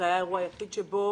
האם זה היה האירוע היחיד שבו